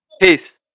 Peace